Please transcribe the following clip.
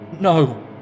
No